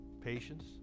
patience